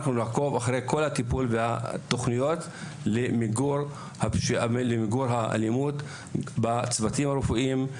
ונעקוב אחרי כל הטיפול והתכניות למיגור האלימות בצוותים הרפואיים,